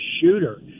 shooter